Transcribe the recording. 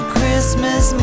Christmas